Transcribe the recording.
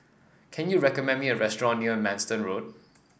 can you recommend me a restaurant near Manston Road